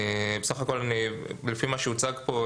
בסך הכול לפי מה שהוצג פה,